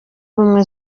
ubumwe